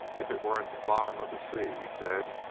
if it were at the bottom of the sea, he said,